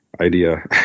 idea